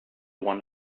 one